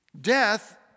death